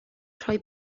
rhoi